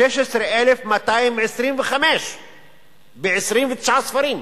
16,225 ב-29 ספרים.